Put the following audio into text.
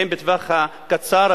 בטווח הקצר,